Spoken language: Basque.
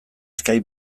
skype